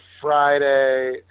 Friday